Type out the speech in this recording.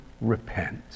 repent